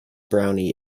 brownie